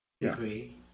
degree